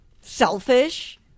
selfish